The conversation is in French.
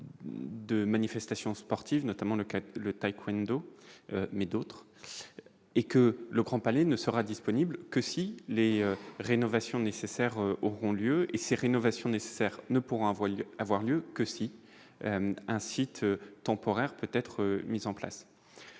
de manifestations sportives, notamment, le cas le Talk Windows mais d'autres et que le Grand Palais ne sera disponible que si les rénovations nécessaires auront lieu et ces rénovations nécessaires ne pour un vol avoir lieu que qui site temporaire peut-être mis en place